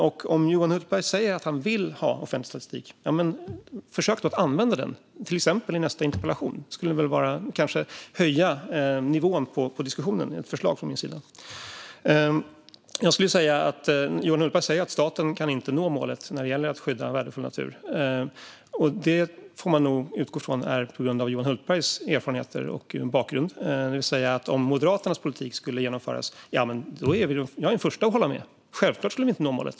Om Johan Hultberg säger att han vill ha offentlig statistik - försök då använda den, till exempel i nästa interpellation! Det skulle kanske höja nivån på diskussionen. Det är ett förslag från min sida. Johan Hultberg säger att staten inte kan nå målet gällande skydd av värdefull natur. Man får nog utgå från att Johan Hultberg säger så på grund av sina egna erfarenheter och sin egen bakgrund. Om Moderaternas politik skulle genomföras skulle vi självklart inte nå målet. Jag är den första att hålla med.